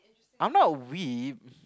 I'm not web